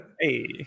Hey